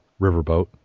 riverboat